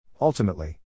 Ultimately